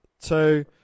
two